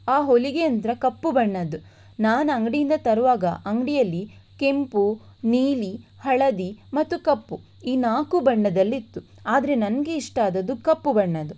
ಆ ಹೊಲಿಗೆ ಯಂತ್ರ ಕಪ್ಪು ಬಣ್ಣದ್ದು ನಾನು ಅಂಗಡಿಯಿಂದ ತರುವಾಗ ಅಂಗಡಿಯಲ್ಲಿ ಕೆಂಪು ನೀಲಿ ಹಳದಿ ಮತ್ತು ಕಪ್ಪು ಈ ನಾಲ್ಕು ಬಣ್ಣದಲ್ಲಿತ್ತು ಆದರೆ ನನಗೆ ಇಷ್ಟ ಆದದ್ದು ಕಪ್ಪು ಬಣ್ಣದ್ದು